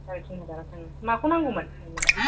साराय तिन हाजारानो थाङो माखौ नांगौमोन नोंनोलाय